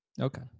Okay